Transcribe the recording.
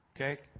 okay